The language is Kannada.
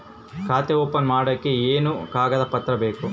ಖಾತೆ ಓಪನ್ ಮಾಡಕ್ಕೆ ಏನೇನು ಕಾಗದ ಪತ್ರ ಬೇಕು?